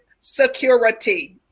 security